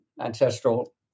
ancestral